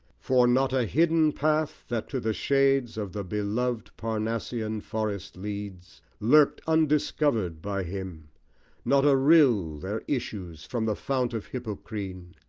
for not a hidden path, that to the shades of the beloved parnassian forest leads, lurked undiscovered by him not a rill there issues from the fount of hippocrene,